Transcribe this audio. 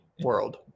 world